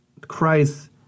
Christ